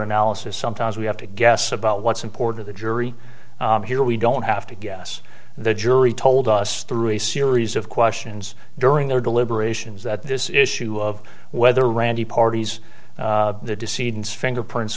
analysis sometimes we have to guess about what's important the jury here we don't have to guess the jury told us through a series of questions during their deliberations that this issue of whether randi parties the deceit and fingerprints